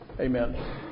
Amen